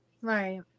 Right